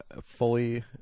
fully